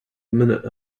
minute